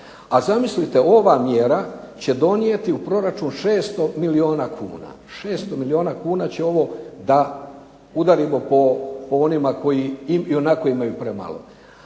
A zamislite, ova mjera će donijeti u proračun 600 milijuna kuna. 600 milijuna kuna će ovo da udarimo po onima koji ionako imaju premalo.